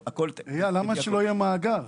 איל, למה שלא יהיה מאגר?